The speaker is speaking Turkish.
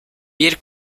bir